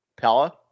Pella